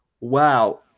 wow